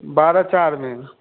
बारा चार में